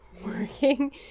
working